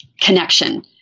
connection